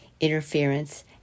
interference